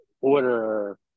order